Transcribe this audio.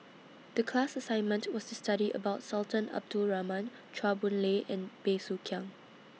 The class assignment was to study about Sultan Abdul Rahman Chua Boon Lay and Bey Soo Khiang